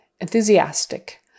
Enthusiastic